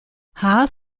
haas